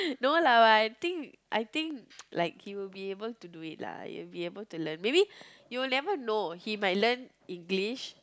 no lah but I think I think like he will be able to do it lah he will be able to learn maybe you will never know he might learn English